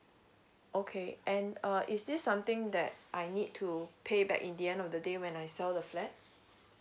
okay and uh is this something that I need to pay back in the end of the day when I sell the flat